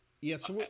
Yes